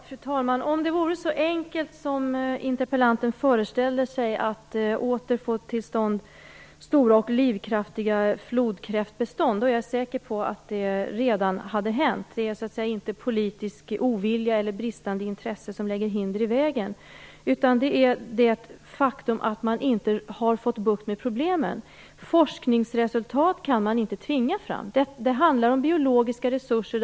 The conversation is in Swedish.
Fru talman! Om det vore så enkelt som interpellanten föreställer sig att åter få till stånd stora och livskraftiga flodkräftbestånd är jag säker på att det redan hade hänt. Det är inte politisk ovilja eller bristande intresse som lägger hinder i vägen, utan det är det faktum att man inte har fått bukt med problemen. Forskningsresultat kan man inte tvinga fram. Det handlar om biologiska resurser.